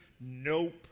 Nope